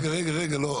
רגע, רגע, לא.